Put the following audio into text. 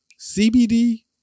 CBD